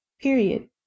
period